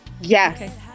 yes